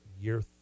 year